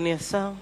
אדוני השר.